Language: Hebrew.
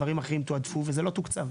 דברים אחרים תועדפו וזה לא תוקצב.